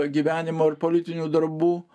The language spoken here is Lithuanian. gyvenimo ir politinių darbų